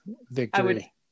victory